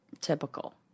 typical